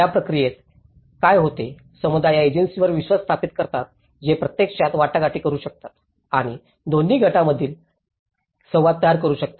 त्या प्रक्रियेत काय होते समुदाय या एजन्सींवर विश्वास स्थापित करतात जे प्रत्यक्षात वाटाघाटी करू शकतात आणि दोन्ही गटांमधील संवाद तयार करू शकतात